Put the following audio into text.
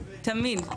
תמיד,